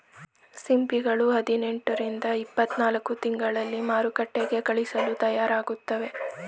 ಸಿಂಪಿಗಳು ಹದಿನೆಂಟು ರಿಂದ ಇಪ್ಪತ್ತನಾಲ್ಕು ತಿಂಗಳಲ್ಲಿ ಮಾರುಕಟ್ಟೆಗೆ ಕಳಿಸಲು ತಯಾರಾಗುತ್ತವೆ